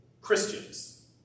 Christians